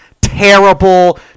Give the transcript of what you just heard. terrible